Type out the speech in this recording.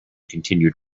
continued